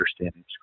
understanding